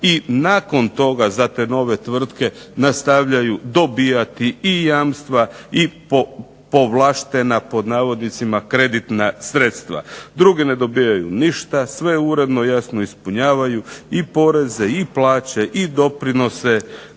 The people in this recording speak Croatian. i nakon toga za te nove tvrtke nastavljaju dobivati i jamstva i povlaštena "kreditna sredstva". Drugi ne dobivaju ništa, sve uredno jasno ispunjavaju i poreze i plaće i doprinose,